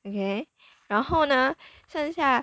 okay 然后呢剩下